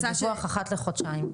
דיווח אחת לחודשיים.